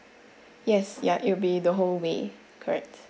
yes ya it will be the whole way correct